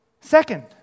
Second